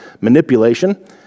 manipulation